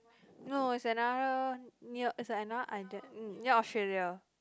no it's another near it's another island near Australia